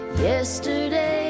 yesterday